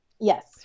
Yes